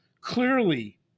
clearly